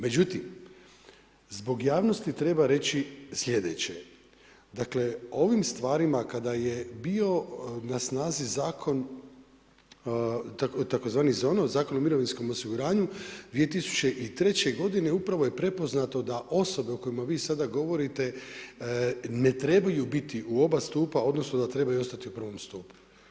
Međutim, zbog javnosti treba reći sljedeće, dakle, ovim stvarima kada je bio na snazi Zakon tzv. … Zakon o mirovinskom osiguranju, 2003. g. upravo je prepoznato da osobe kojima vi govorite, ne trebaju biti u oba stupa, odnosno, da trebaju ostati u prvom stupu.